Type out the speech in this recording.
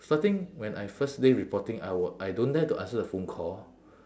starting when I first day reporting I w~ I don't dare to answer the phone call